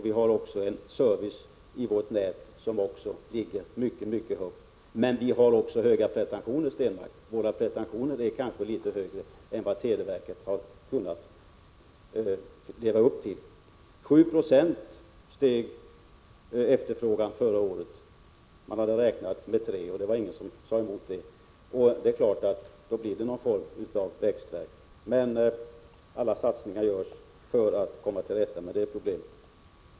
Vi har också mycket god service i vårt nät. Men vi har också höga pretentioner, Per Stenmarck. Våra pretentioner är kanske litet högre än vad televerket har kunnat leva upp till. Efterfrågan på televerkets tjänster steg med 7 96 förra året. Man hade räknat med 3 90 och det var ingen som sade emot det. Det är klart att det då blir någon form av växtvärk. Men alla satsningar görs för att komma till rätta med det problemet.